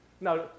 Now